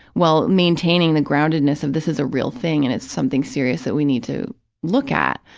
while maintaining the groundedness of this is a real thing and it's something serious that we need to look at,